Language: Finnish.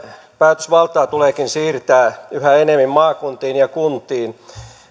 päätösvaltaa tuleekin siirtää yhä enemmän maakuntiin ja kuntiin